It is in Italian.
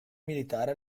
militare